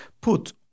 put